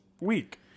week